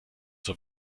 zur